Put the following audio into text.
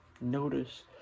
notice